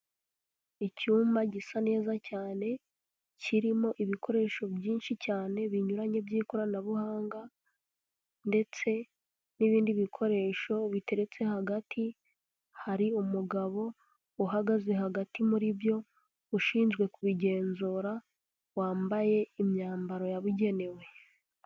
Icyumba gisa neza cyane, kirimo ibikoresho byinshi cyane, binyuranye by'ikoranabuhanga, ndetse n'ibindi bikoresho biteretse hagati, hari umugabo uhagaze hagati muri byo, ushinzwe kubigenzura, wambaye imyambaro yabugenewe.